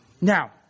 Now